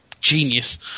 genius